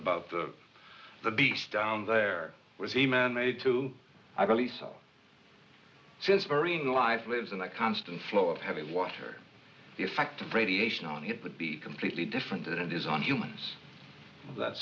about the the beast down there was a man made to i really thought since marine life lives in a constant flow of heavy water the effect of radiation on it would be completely different than it is on humans that